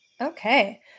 Okay